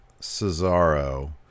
Cesaro